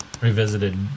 revisited